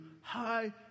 high